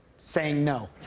saying no.